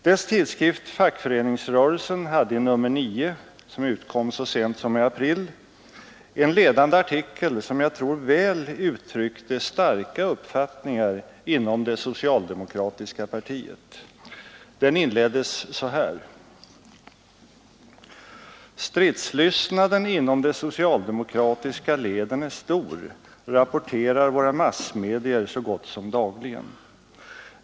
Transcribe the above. Dess tidskrift Fackföreningsrörelsen hade i nr 9, som utkom så sent som i april, en ledande artikel som jag tror väl uttryckte starka uppfattningar inom det socialdemokratiska partiet. Den inleddes så här: ”Stridslystnaden inom de socialdemokratiska leden är stor, rapporterar våra massmedier så gott som dagligen.